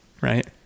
right